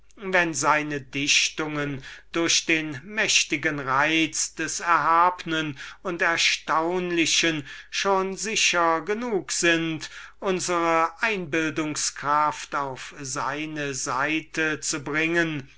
wenn seine dichtungen durch den mächtigen reiz des erhabnen und erstaunlichen schon sicher genug sind unsre einbildungskraft und unsre eitelkeit auf seine seite zu bringen